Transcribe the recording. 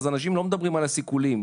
אנשים לא מדברים על הסיכולים,